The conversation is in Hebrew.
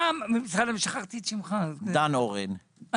בא דן אורן,